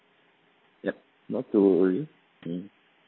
yup not to worry mm